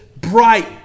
bright